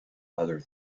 other